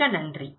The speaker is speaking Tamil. மிக்க நன்றி